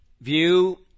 view